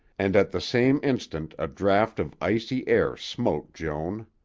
and at the same instant a draught of icy air smote joan.